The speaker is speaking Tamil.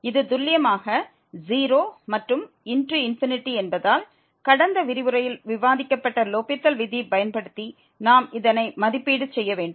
இது துல்லியமாக 0 மற்றும் என்பதால் கடந்த விரிவுரையில் விவாதிக்கப்பட்ட லோப்பித்தல் விதியை பயன்படுத்தி நாம் இதனைமதிப்பீடு செய்ய வேண்டும்